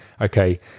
okay